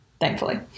Thankfully